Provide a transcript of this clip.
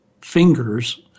fingers